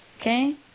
Okay